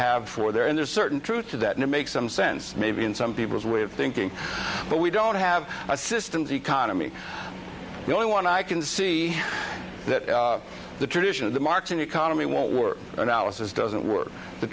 have for there and there's certain truth to that makes some sense maybe in some people's way of thinking but we don't have a systems economy the only one i can see that the tradition of the market economy won't work analysis doesn't work the